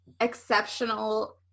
exceptional